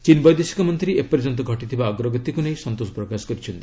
ଚୀନ୍ ବୈଦେଶିକ ମନ୍ତ୍ରୀ ଏପର୍ଯ୍ୟନ୍ତ ଘଟିଥିବା ଅଗ୍ରଗତିକୁ ନେଇ ସନ୍ତୋଷପ୍ରକାଶ କରିଛନ୍ତି